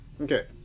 Okay